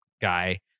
guy